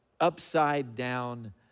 upside-down